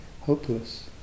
hopeless